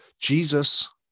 Jesus